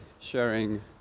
sharing